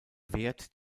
wert